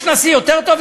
יש נשיא יותר טוב,